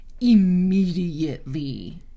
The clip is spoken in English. immediately